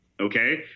Okay